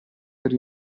per